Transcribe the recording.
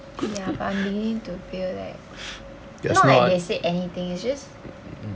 ya but I'm beginning to feel like not like they said anything it's just